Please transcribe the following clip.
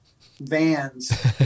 vans